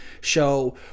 show